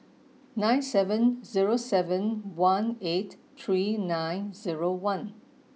nine seven zero seven one eight three nine zero one